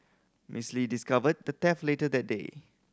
Miss Lee discovered the theft later that day